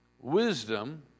wisdom